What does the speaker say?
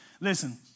Listen